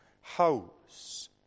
house